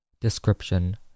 Description